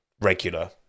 regular